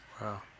Wow